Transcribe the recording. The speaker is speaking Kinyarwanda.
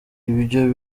ibyo